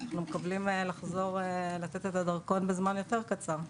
אנחנו מתכוונים לתת את הדרכון בזמן יותר קצר.